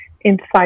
inside